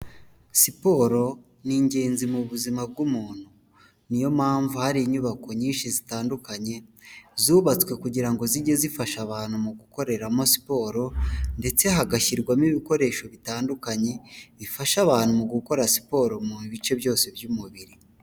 Siporo ni ingenzi mu buzima bw'umuntu niyo mpamvu hari inyubako nyinshi zitandukanye zubatswe kugira ngo zijye zifasha abantu mu gukoreramo siporo ndetse hagashyirwamo ibikoresho bitandukanye, bifasha abantu mu gukora siporo mu bice byose by'umubiri.